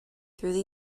through